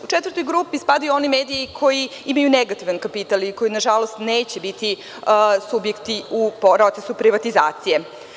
U četvrtu grupu spadaju oni mediji koji imaju negativan kapital i koji, nažalost, neće biti subjekti u procesu privatizacije.